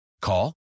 Call